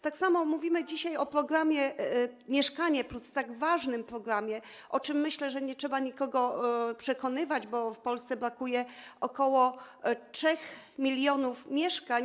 Tak samo mówimy dzisiaj o programie „Mieszkanie+”, tak ważnym programie, o czym, myślę, nie trzeba nikogo przekonywać, bo w Polsce brakuje ok. 3 mln mieszkań.